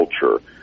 culture